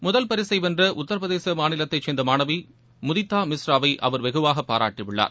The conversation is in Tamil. முதல் பரிசை வென்ற உத்திரபிரதேச மாநிலத்தைச் சேர்ந்த மாணவி முதித்தா மிஸ்ரா வை அவர் வெகுவாக பாராட்டியுள்ளார்